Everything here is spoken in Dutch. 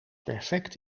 perfect